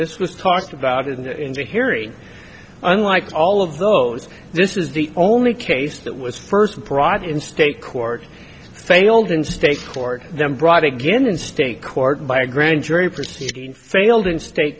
this was talked about in the hearing unlike all of those this is the only case that was first brought in state court failed in state court then brought again in state court by a grand jury proceeding failed in state